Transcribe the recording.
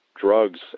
drugs